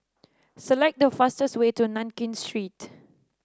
select the fastest way to Nankin Street